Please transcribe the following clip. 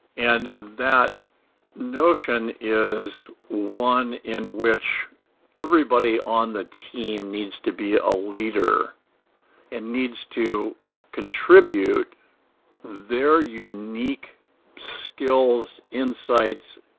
and that notion is one in which everybody on the team needs to be a leader and needs to contribute their unique skills, insights,